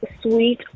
sweet